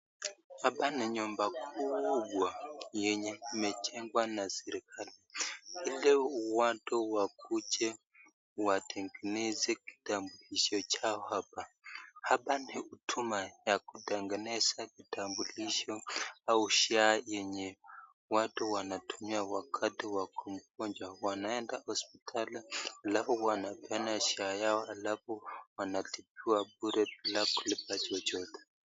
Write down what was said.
Hapa ni nyumba kubwa nyenye imejengwa na serikali, ili watu wakuje watengeneze kutambulisho chao hapa, hapa ni huduma ya kutengeneza kitambulisho au SHA yenye watu wanatumia wakati wako mgonjwa, wanaenda hospitali halafu wanapeana SHA yao alfu wanatibiwa bure bila kulipa chochote.